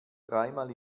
dreimal